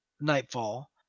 nightfall